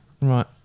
Right